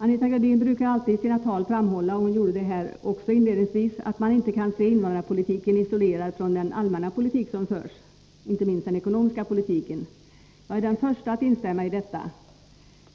Anita Gradin brukar i sina tal alltid framhålla — hon gjorde det också här, inledningsvis — att man inte kan se invandrarpolitiken isolerad från den allmänna politik som förs, inte minst den ekonomiska politiken. Jag är den första att instämma i detta. Men